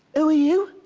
are you?